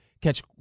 Catch